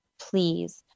Please